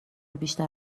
بیشتر